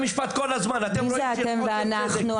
אדוני, מי זה אתם ואנחנו?